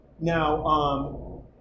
Now